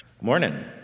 Morning